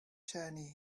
journey